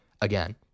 again